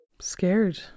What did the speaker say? scared